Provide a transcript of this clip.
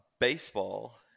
baseball